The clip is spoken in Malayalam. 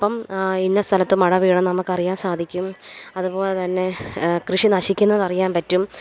അപ്പം ഇന്ന സ്ഥലത്ത് മട വീണെന്ന് നമുക്കറിയാൻ സാധിക്കും അതുപോലെ തന്നെ കൃഷി നശിക്കുന്നതറിയാം പറ്റും